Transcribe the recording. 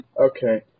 Okay